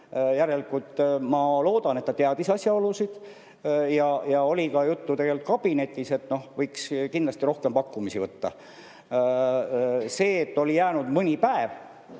Järelikult, ma loodan, ta teadis asjaolusid, ja oli ka juttu tegelikult kabinetis, et võiks kindlasti rohkem pakkumisi võtta. See, et oli jäänud mõni päev